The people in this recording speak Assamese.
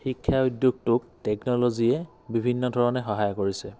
শিক্ষা উদ্যোগটোক টেকনল'জিয়ে বিভিন্ন ধৰণে সহায় কৰিছে